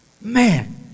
Man